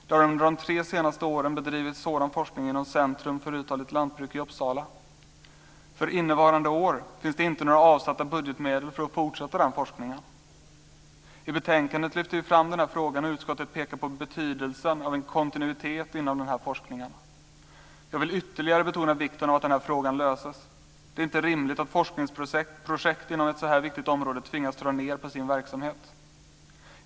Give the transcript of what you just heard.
Det har under de tre senaste åren bedrivits sådan forskning inom Centrum för uthålligt lantbruk i Uppsala. För innevarande år finns det inte några avsatta budgetmedel för att fortsätta den forskningen. I betänkandet lyfter vi fram den här frågan, och utskottet pekar på betydelsen av en kontinuitet inom forskningen. Jag vill ytterligare betona vikten av att frågan löses. Det är inte rimligt att forskningsprojekt inom ett så viktigt område tvingas dra ned på sin verksamhet.